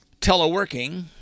teleworking